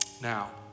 Now